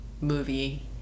movie